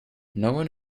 noone